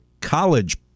college